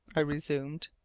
i resumed,